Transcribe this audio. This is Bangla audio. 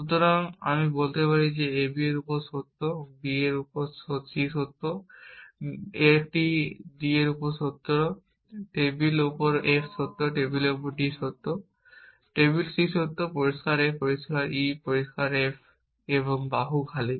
সুতরাং আমি বলতে পারি ab এর উপর সত্য b এর উপর c সত্য একটি d এর উপর সত্য টেবিলের উপর f সত্য টেবিলের উপর d সত্য টেবিলে c সত্য পরিষ্কার a পরিষ্কার e পরিষ্কার f এবং বাহু খালি